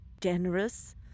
generous